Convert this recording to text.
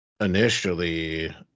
initially